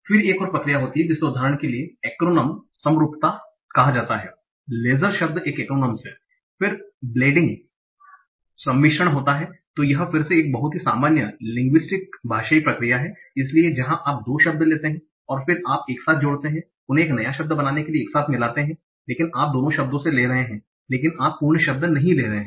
फिर एक और प्रक्रिया होती है जिसे उदाहरण के लिए एक्रोनम acronyms समरूपता कहा जाता है लेज़र शब्द एक acronyms है फिर ब्लेंडिंग blending सम्मिश्रण होता है तो यह फिर से एक बहुत ही सामान्य लिंग्गुइस्टिक linguistic भाषाई प्रक्रिया है इसलिए जहां आप दो शब्द लेते हैं और फिर आप एक साथ जोड़ते हैं उन्हें एक नया शब्द बनाने के लिए एक साथ मिलाते हैं लेकिन आप दोनों शब्दों से ले रहे हैं लेकिन आप पूर्ण शब्द नहीं ले रहे हैं